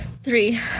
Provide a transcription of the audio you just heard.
three